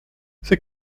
c’est